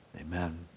amen